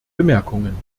bemerkungen